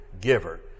giver